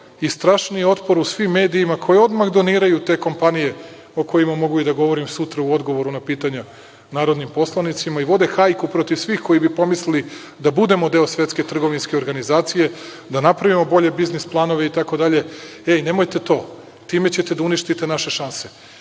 i strašniji otpor u svim medijima koji odmah doniraju te kompanije, o kojima mogu i da govorim sutra u odgovoru na pitanja narodnim poslanicima, i vode hajku protiv svih koji bi pomislili da budemo deo Svetske trgovinske organizacije, da napravimo bolje biznis planove itd. Hej, nemojte to, time ćete da uništite naše šanse,